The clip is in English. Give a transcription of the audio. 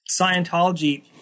Scientology –